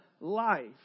life